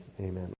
Amen